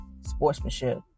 sportsmanship